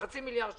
חצי מיליארד שקל,